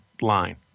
line